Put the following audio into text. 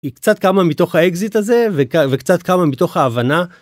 היא קצת קמה מתוך האקזיט הזה וקצת קמה מתוך ההבנה.